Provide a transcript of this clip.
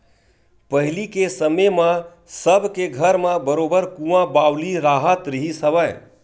पहिली के समे म सब के घर म बरोबर कुँआ बावली राहत रिहिस हवय